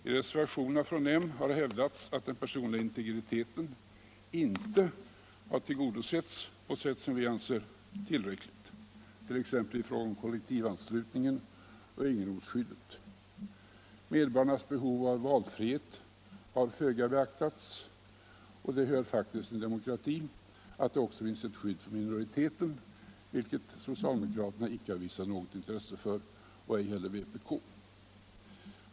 I reservationerna från moderata samlingspartiet har det hävdats att den personliga integriteten inte har tillgodosetts på ett sätt som vi anser tillräckligt, t.ex. i fråga om kollektivanslutningen och egendomsskyddet. Medborgarnas behov av valfrihet har föga beaktats, och det hör faktiskt till demokratin att det också finns ett skydd för minoriteten, vilket socialdemokraterna icke har visat något intresse för och ej heller c och vpk.